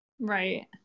Right